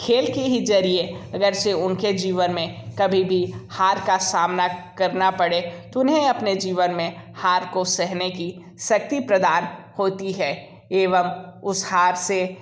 खेल के ही ज़रिए अगर से उनके जीवन में कभी भी हार का सामना करना पड़े तो उन्हें अपने जीवन में हार को सहने की शक्ति प्रदान होती है एवं उस हार से